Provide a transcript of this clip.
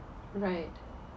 right